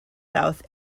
south